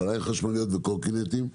אופניים חשמליים וקורקינטים.